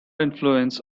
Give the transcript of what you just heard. influence